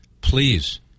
please